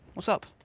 what's up?